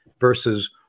versus